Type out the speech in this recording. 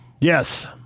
Yes